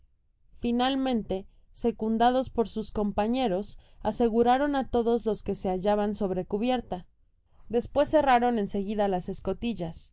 finalmente secundados por sus compañeros aseguraron á lodos los que se hallaban sobre cubierta despues cerraron en seguida las escotillas